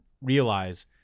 realize